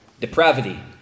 Depravity